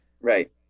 Right